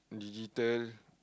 digital